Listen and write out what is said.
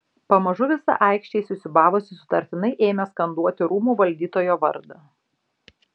pamažu visa aikštė įsisiūbavusi sutartinai ėmė skanduoti rūmų valdytojo vardą